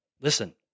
Listen